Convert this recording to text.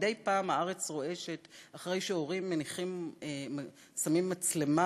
מדי פעם הארץ רועשת אחרי שהורים שמים מצלמה